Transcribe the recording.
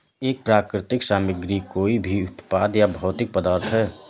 एक प्राकृतिक सामग्री कोई भी उत्पाद या भौतिक पदार्थ है